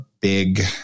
big